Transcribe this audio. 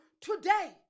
today